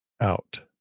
out